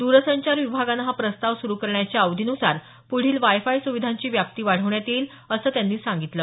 द्रसंचार विभागानं हा प्रस्ताव सुरु करण्याच्या अवधीनुसार पुढील वायफाय सुविधांची व्याप्ती वाढवण्यात येईल असं त्यांनी सांगितलं